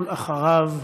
ואחריו,